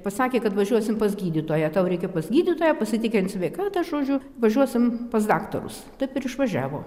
pasakė kad važiuosim pas gydytoją tau reikia pas gydytoją pasitikrint sveikatą žodžiu važiuosim pas daktarus taip ir išvažiavo